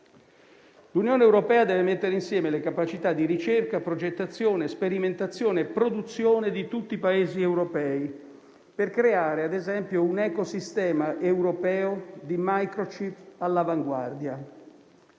L'Unione europea deve mettere insieme le capacità di ricerca, progettazione, sperimentazione e produzione di tutti i Paesi europei, per creare ad esempio un ecosistema europeo di *microchip* all'avanguardia.